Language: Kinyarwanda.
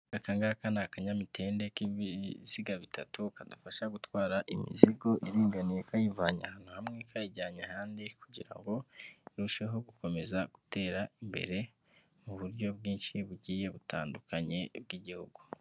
Aka ngaka ni akanyamitende k'ibiziga bitatu kadufasha gutwara imizigo iringaniye kayivanye ahantu hamwe kayijyanye ahandi, kugira ngo irusheho gukomeza gutera imbere mu buryo bwinshi bugiye butandukanye bw'igihugu.